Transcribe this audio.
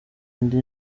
indi